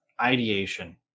ideation